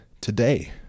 today